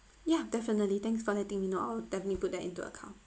ya definitely thanks for letting me know I'll definitely put that into account